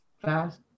fast